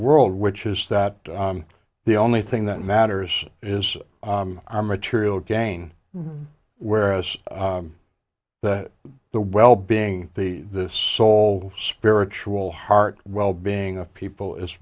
world which is that the only thing that matters is our material gain whereas that the well being the the sole spiritual heart wellbeing of people is